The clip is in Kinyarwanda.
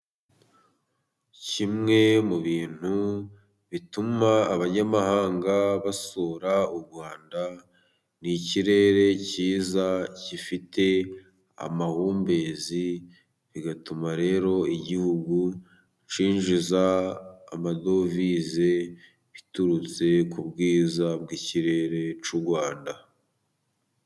Kimwe mu bintu bituma abanyamahanga basura u Rwanda. Ni ikirere cyiza gifite amahumbezi. Bigatuma rero igihugu cyinjiza amadovize. Biturutse ku bwiza bw'ikirere cy'u Rwanda.